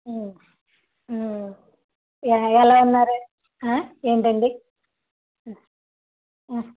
ఎలా ఎలా ఉన్నారు ఏంటండి